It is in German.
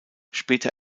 später